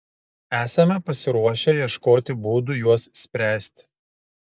esame pasiruošę ieškoti būdų juos spręsti